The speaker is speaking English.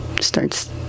starts